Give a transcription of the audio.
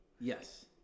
Yes